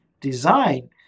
design